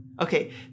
Okay